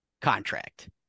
contract